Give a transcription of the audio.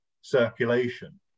circulation